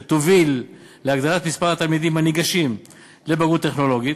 שתוביל להגדלת מספר התלמידים הניגשים לבגרות טכנולוגית,